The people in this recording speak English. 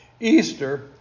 Easter